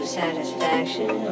satisfaction